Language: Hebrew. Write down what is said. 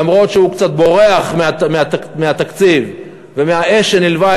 למרות שהוא קצת בורח מהתקציב ומהאש שנלווית